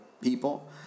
people